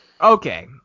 Okay